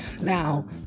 Now